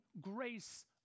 grace